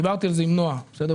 דיברתי על זה הבוקר עם נועה מאגף